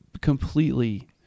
completely